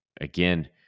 again